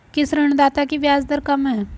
किस ऋणदाता की ब्याज दर कम है?